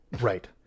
right